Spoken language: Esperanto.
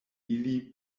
ili